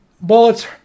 Bullets